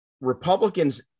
Republicans